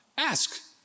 ask